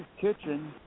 Kitchen